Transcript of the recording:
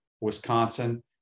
Wisconsin